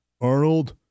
Arnold